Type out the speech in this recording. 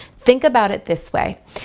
think about it this way,